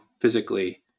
physically